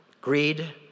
greed